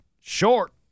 short